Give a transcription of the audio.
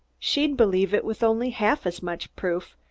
she'd believe it with only half as much proof,